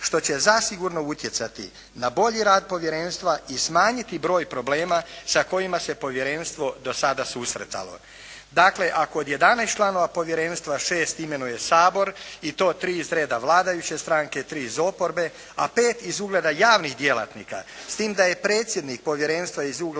što će zasigurno utjecati na bolji rad povjerenstva i smanjiti broj problema sa kojima se povjerenstvo do sada susretalo. Dakle, ako od 11 članova povjerenstva 6 imenuje Sabor i to tri iz reda vladajuće stranke, tri iz oporbe a pet iz ugleda javnih djelatnika s time da je predsjednik povjerenstva iz redova